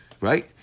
right